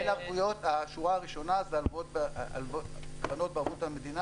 השורה הראשונה זה קרנות בערבות המדינה